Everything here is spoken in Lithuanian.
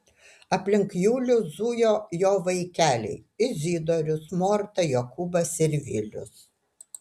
aplink julių zujo jo vaikeliai izidorius morta jokūbas ir vilius